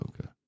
okay